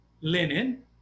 linen